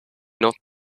not